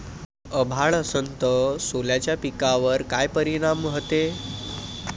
अभाळ असन तं सोल्याच्या पिकावर काय परिनाम व्हते?